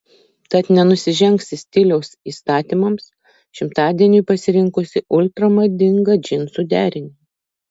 tad nenusižengsi stiliaus įstatymams šimtadieniui pasirinkusi ultra madingą džinsų derinį